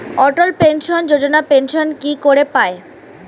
অটল pension Yojana pension কি করে পায়?